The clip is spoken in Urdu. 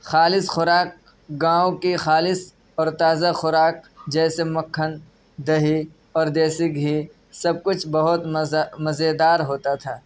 خالص خوراک گاؤں کی خالص اور تازہ خوراک جیسے مکّھن دہی اور دیسی گھی سب کچھ بہت مزہ مزےدار ہوتا تھا